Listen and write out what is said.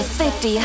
50